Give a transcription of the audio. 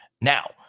Now